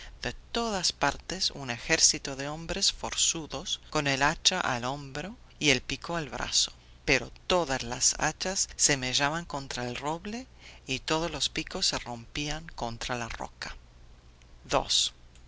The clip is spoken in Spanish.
de todas partes un ejército de hombres forzudos con el hacha al hombro y el pico al brazo pero todas las hachas se mellaban contra el roble y todos los picos se rompían contra la roca